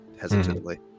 hesitantly